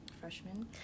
freshman